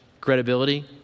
credibility